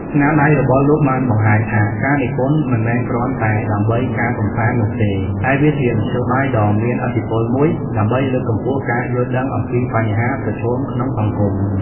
ស្នាដៃរបស់លោកបានបង្ហាញថា ការនិពន្ធមិនមែនគ្រាន់តែដើម្បីការកម្សាន្តនោះទេ តែវាជាមធ្យោបាយដ៏មានឥទ្ធិពលមួយដើម្បីលើកកម្ពស់ការយល់ដឹងអំពីបញ្ហាប្រឈមក្នុងសង្គម។